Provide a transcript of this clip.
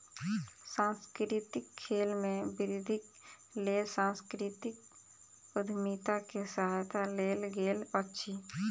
सांस्कृतिक खेल में वृद्धिक लेल सांस्कृतिक उद्यमिता के सहायता लेल गेल अछि